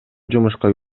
жумушка